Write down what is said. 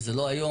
וזה לא היום,